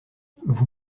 vous